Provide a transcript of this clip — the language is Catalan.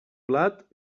blat